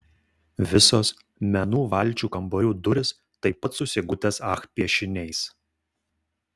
visos menų valčių kambarių durys taip pat su sigutės ach piešiniais